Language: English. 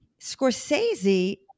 Scorsese